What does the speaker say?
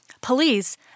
Police